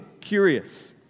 curious